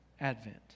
advent